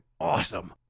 awesome